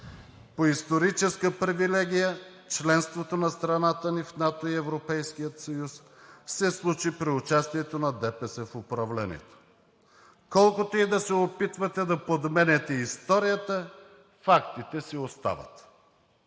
По историческа привилегия членството на страната ни в НАТО и Европейския съюз се случи при участието на ДПС в управлението. Колкото и да се опитвате да подменяте историята, фактите си остават.